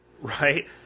right